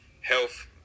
health